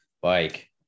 bike